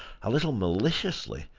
a little maliciously,